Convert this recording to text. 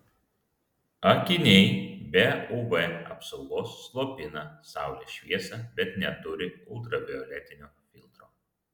akiniai be uv apsaugos slopina saulės šviesą bet neturi ultravioletinio filtro